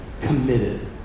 committed